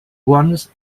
runs